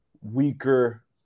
weaker